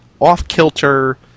off-kilter